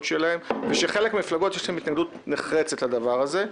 שלהם וכשלחלק מהמפלגות יש התנגדות נחרצת לדבר הזה.